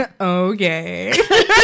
Okay